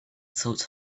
told